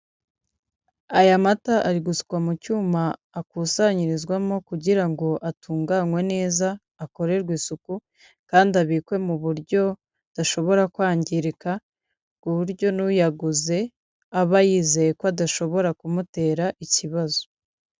Aya mata ari gusukwa mu cyuma akusanyirizwamo kugira ngo atunganywe neza, akorerwe isuku kandi abikwe mu buryo adashobora kwangirika buryo n'uyaguze aba yizeye ko adashobora kumutera ikibazo.